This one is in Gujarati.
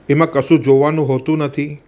એમાં કશું જોવાનું હોતું નથી